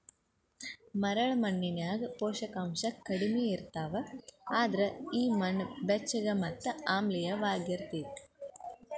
ಮರಳ ಮಣ್ಣಿನ್ಯಾಗ ಪೋಷಕಾಂಶ ಕಡಿಮಿ ಇರ್ತಾವ, ಅದ್ರ ಈ ಮಣ್ಣ ಬೆಚ್ಚಗ ಮತ್ತ ಆಮ್ಲಿಯವಾಗಿರತೇತಿ